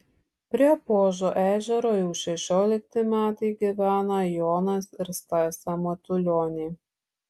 prie puožo ežero jau šešiolikti metai gyvena jonas ir stasė matulioniai